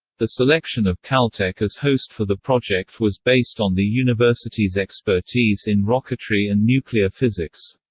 the selection of caltech as host for the project was based on the university's expertise in rocketry and nuclear physics.